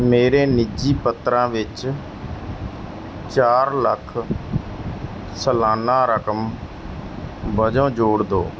ਮੇਰੇ ਨਿੱਜੀ ਪੱਤਰਾਂ ਵਿੱਚ ਚਾਰ ਲੱਖ ਸਲਾਨਾ ਰਕਮ ਵਜੋਂ ਜੋੜ ਦਿਓ